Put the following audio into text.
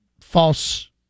false